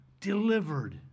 delivered